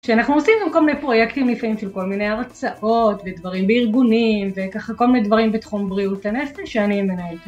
כשאנחנו עושים גם כל מיני פרויקטים יפים של כל מיני הרצאות ודברים בארגונים וככה כל מיני דברים בתחום בריאות הנפש שאני מנהלת את זה.